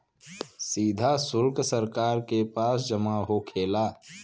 सीधा सुल्क सरकार के पास जमा होखेला